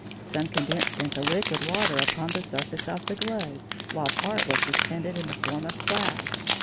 some condensed into liquid water upon the surface of the globe, while part was suspended in the form of clouds.